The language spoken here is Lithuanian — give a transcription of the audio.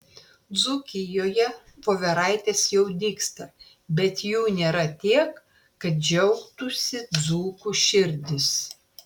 dzūkijoje voveraitės jau dygsta bet jų nėra tiek kad džiaugtųsi dzūkų širdys